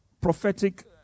prophetic